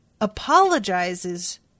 apologizes